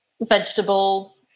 vegetable